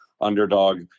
underdog